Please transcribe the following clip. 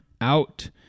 out